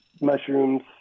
mushrooms